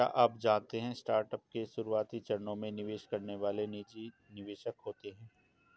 क्या आप जानते है स्टार्टअप के शुरुआती चरणों में निवेश करने वाले निजी निवेशक होते है?